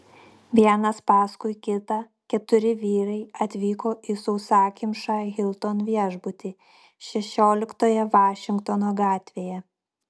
vienas paskui kitą keturi vyrai atvyko į sausakimšą hilton viešbutį šešioliktoje vašingtono gatvėje